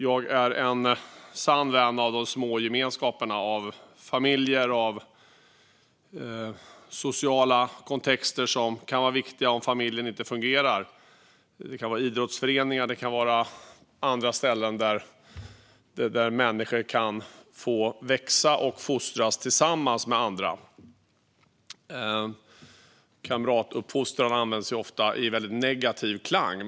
Jag är en sann vän av de små gemenskaperna av familjer och sociala kontexter som kan vara viktiga om familjen inte fungerar. Det kan vara idrottsföreningar eller andra ställen där människor kan få växa och fostras tillsammans med andra. Ordet kamratfostran används ofta med väldigt negativ klang.